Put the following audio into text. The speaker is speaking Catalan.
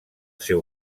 seu